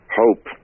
hope